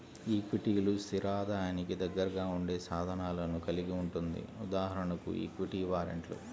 ఈక్విటీలు, స్థిర ఆదాయానికి దగ్గరగా ఉండే సాధనాలను కలిగి ఉంటుంది.ఉదాహరణకు ఈక్విటీ వారెంట్లు